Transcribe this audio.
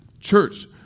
Church